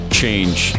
change